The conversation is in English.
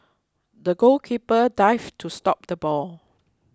the goalkeeper dived to stop the ball